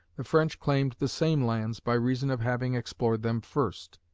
the french claimed the same lands by reason of having explored them first.